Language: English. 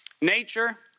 nature